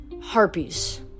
Harpies